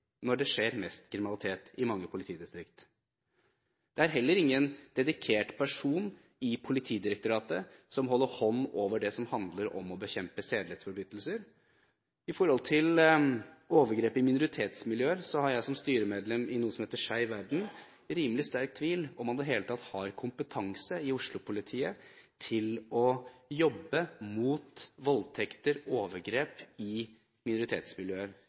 når det skjer mest kriminalitet i mange politidistrikter. Det er heller ingen dedikert person i Politidirektoratet som holder en hånd over det som handler om å bekjempe sedelighetsforbrytelser. Når det gjelder overgrep i minoritetsmiljøer, har jeg som styremedlem i noe som heter Skeiv verden, en rimelig sterk tvil om at de i det hele tatt har kompetanse i Oslo-politiet til å jobbe mot voldtekt og overgrep i minoritetsmiljøer,